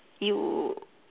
you